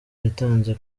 yatanze